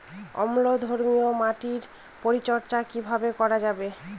অম্লধর্মীয় মাটির পরিচর্যা কিভাবে করা যাবে?